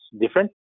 different